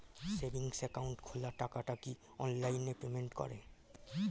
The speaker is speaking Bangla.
সেভিংস একাউন্ট খোলা টাকাটা কি অনলাইনে পেমেন্ট করে?